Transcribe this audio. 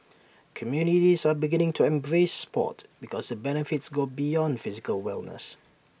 communities are beginning to embrace Sport because the benefits go beyond physical wellness